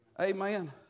Amen